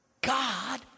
God